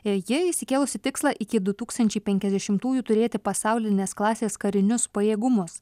ji išsikėlusi tikslą iki du tūkstančiai penkiasdešimtųjų turėti pasaulinės klasės karinius pajėgumus